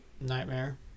Nightmare